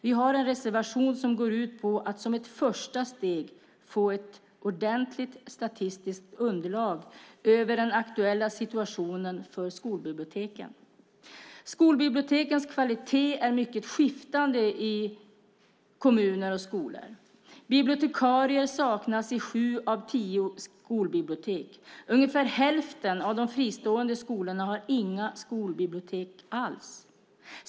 Vi har en reservation som går ut på att som ett första steg få ett ordentligt statistiskt underlag över den aktuella situationen för skolbiblioteken. Skolbibliotekens kvalitet är mycket skiftande i kommuner och skolor. Bibliotekarie saknas i sju av tio skolbibliotek. Ungefär hälften av de fristående skolorna har inga skolbibliotek alls.